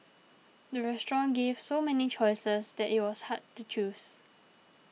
the restaurant gave so many choices that it was hard to choose